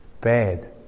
bad